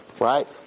right